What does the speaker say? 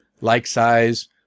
like-size